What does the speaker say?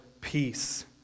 peace